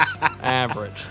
Average